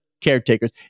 caretakers